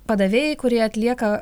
padavėjai kurie atlieka